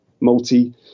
multi